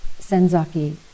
Senzaki